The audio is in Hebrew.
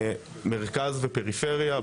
מרכז ופריפריה,